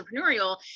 entrepreneurial